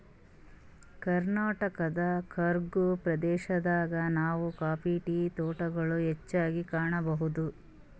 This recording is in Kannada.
ಕರ್ನಾಟಕದ್ ಕೂರ್ಗ್ ಪ್ರದೇಶದಾಗ್ ನಾವ್ ಕಾಫಿ ಟೀ ತೋಟಗೊಳ್ ಹೆಚ್ಚಾಗ್ ಕಾಣಬಹುದ್